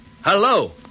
Hello